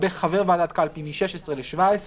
לגבי חבר ועדת קלפי מ-16 ל-17,